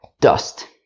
dust